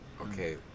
okay